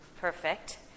perfect